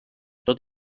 tot